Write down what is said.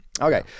Okay